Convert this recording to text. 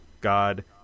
God